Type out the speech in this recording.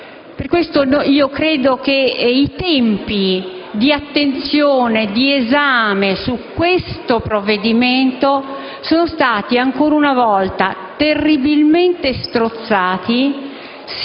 Per questo motivo, credo che i tempi di attenzione e di esame su questo provvedimento siano stati ancora una volta terribilmente strozzati,